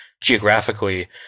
geographically